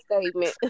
statement